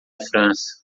frança